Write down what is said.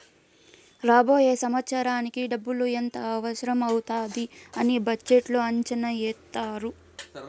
రాబోయే సంవత్సరానికి డబ్బులు ఎంత అవసరం అవుతాది అని బడ్జెట్లో అంచనా ఏత్తారు